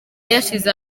yashyize